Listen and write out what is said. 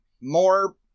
more